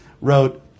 wrote